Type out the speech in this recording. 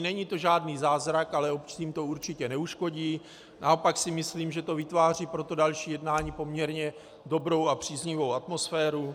Není to žádný zázrak, ale obcím to určitě neuškodí, naopak si myslím, že to vytváří pro další jednání poměrně dobrou a příznivou atmosféru.